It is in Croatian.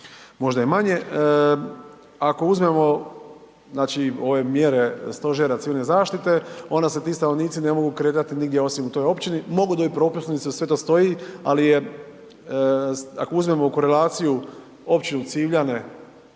možda i manje. Ako uzmemo znači ove mjere Stožera civilne zaštite onda se ti stanovnici ne mogu kretat nigdje osim u toj općini, mogu dobit propusnicu, sve to stoji, ali je, ako uzmemo u korelaciju općinu Civljane